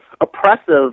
oppressive